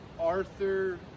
Arthur